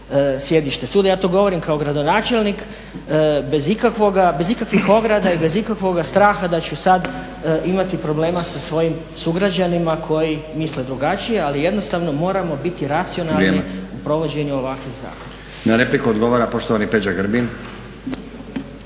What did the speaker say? sjedište suda. Ja to govorim kao gradonačelnik bez ikakvoga, bez ikakvih ograda i bez ikakvoga straha da ću sad imati problema sa svojim sugrađanima koji misle drugačije, ali jednostavno moramo biti racionalni u provođenju ovakvih zakona. **Stazić, Nenad (SDP)** Vrijeme. Na repliku odgovara poštovani Peđa Grbin.